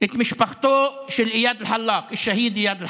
את משפחתו של איאד אלחלאק, השהיד איאד אלחלאק.